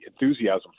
enthusiasm